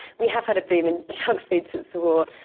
we have had a boom in junk food since the war.